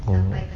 mm